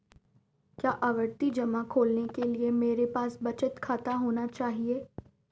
क्या आवर्ती जमा खोलने के लिए मेरे पास बचत खाता होना चाहिए?